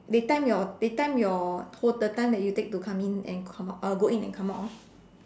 they time your they time your whole the time that you take to come in and come out uh go in and come out orh